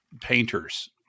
painters